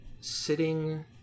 sitting